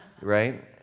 right